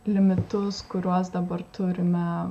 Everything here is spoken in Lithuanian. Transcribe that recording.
limitus kuriuos dabar turime